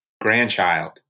grandchild